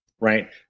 right